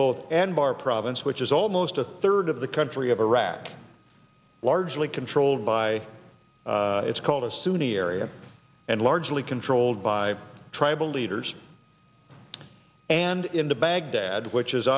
both and our province which is almost a third of the country of iraq largely controlled by it's called a sunni area and largely controlled by tribal leaders and into baghdad which is